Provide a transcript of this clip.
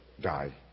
die